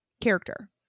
character